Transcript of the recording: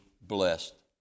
blessed